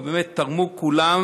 באמת תרמו כולם,